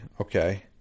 Okay